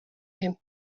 him